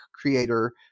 creator